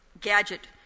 gadget